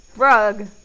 rug